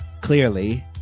clearly